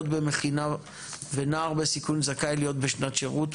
במכינה ונער בסיכון זכאי להיות בשנת שירות,